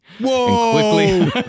Whoa